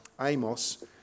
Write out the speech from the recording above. Amos